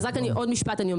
עוד משפט.